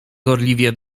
gorliwie